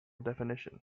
definition